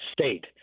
state